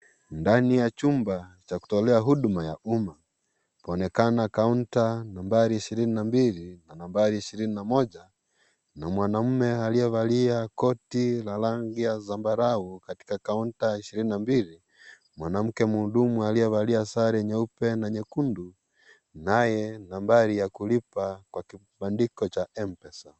Ndani ya chumba Cha kutolea huduma ya umma ikionekana kaunta Nambari ishirini na mbili na nambari ishirini na moja, na mwanaume aliyevalia koti la rangi ya sambarau ako katika kaunta ishirini na mbili. Mwanamke mhudumu alivalia sare nyeupe na nyekundu naye nambari ya kulipia kwa kibandiko cha Mpesa.